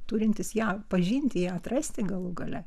turintis ją pažinti ją atrasti galų gale